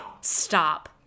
Stop